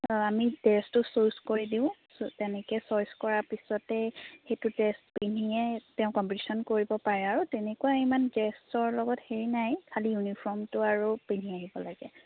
আমি ড্ৰেছটো চুজ কৰি দিওঁ তেনেকৈ চইছ কৰা পিছতে সেইটো ড্ৰেছ পিন্ধিয়ে তেওঁ কম্পিটিশ্যন কৰিব পাৰে আৰু তেনেকুৱা ইমান ড্ৰেছৰ লগত হেৰি নাই খালী ইউনিফৰ্টো আৰু পিন্ধি আহিব লাগে